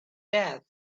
death